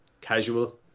casual